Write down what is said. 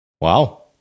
Wow